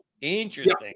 Interesting